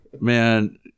Man